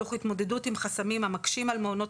תוך התמודדות עם חסמים המקשים על מעונות